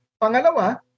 Pangalawa